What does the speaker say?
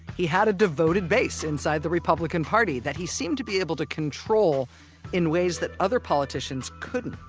he had a devoted base inside the republican party that he seemed to be able to control in ways that other politicians couldn't,